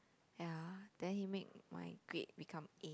ya then he made my grade become A